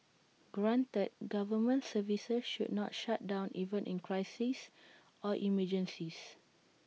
granted government services should not shut down even in crises or emergencies